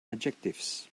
adjectives